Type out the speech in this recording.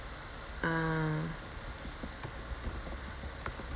ah